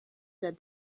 said